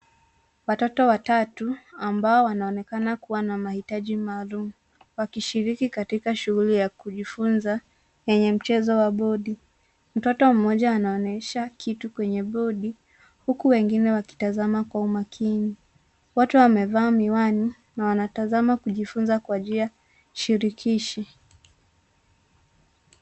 Watoto watatu ambao wanaonekana kuwa na mahitaji maalum wakishiriki katika shughuli ya kujifunza yenye mchezo wa bodi. Mtoto mmoja anaonyesha kitu kwenye bodi, huku wengine wakitazama kwa umakini. Wote wamevaa miwani na wanatazama kujifunza kwa njia shirikishi.